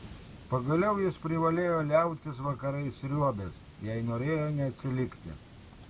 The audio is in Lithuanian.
pagaliau jis privalėjo liautis vakarais sriuobęs jei norėjo neatsilikti